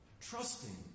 trusting